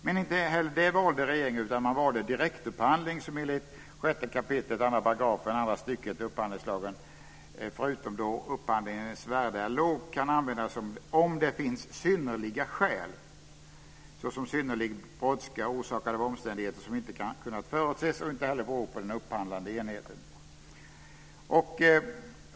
Men inte heller det valde regeringen, utan man valde direktupphandling, som enligt 6 kap. 2 § andra stycket upphandlingslagen - förutom då upphandlingens värde är lågt - kan användas om det finns synnerliga skäl, såsom synnerlig brådska, orsakad av omständigheter som inte kunnat förutses och inte heller beror på den upphandlande enheten.